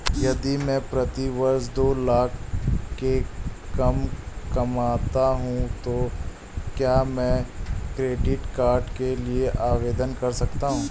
यदि मैं प्रति वर्ष दो लाख से कम कमाता हूँ तो क्या मैं क्रेडिट कार्ड के लिए आवेदन कर सकता हूँ?